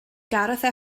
gareth